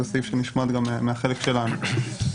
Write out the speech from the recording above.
זה סעיף שנשמט גם מהחלק שלנו.